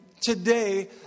today